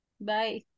Bye